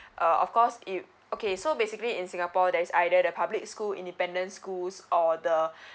uh of course if okay so basically in singapore there's either the public school independent schools or the